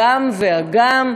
הגם וגם,